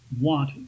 want